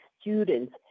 students